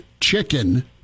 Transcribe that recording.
chicken